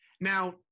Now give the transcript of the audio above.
Now